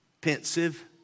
pensive